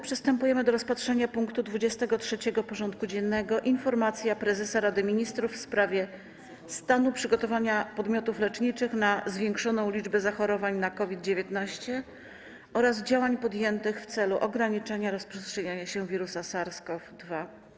Przystępujemy do rozpatrzenia punktu 23. porządku dziennego: Informacja Prezesa Rady Ministrów w sprawie stanu przygotowania podmiotów leczniczych na zwiększoną liczbę zachorowań na COVID-19 oraz działań podjętych w celu ograniczenia rozprzestrzeniania się wirusa SARS-CoV-2.